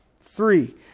Three